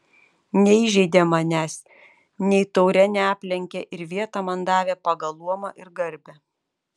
neįžeidė manęs nei taure neaplenkė ir vietą man davė pagal luomą ir garbę